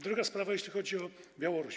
Druga sprawa, jeśli chodzi o Białoruś.